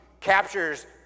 captures